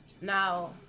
Now